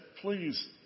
please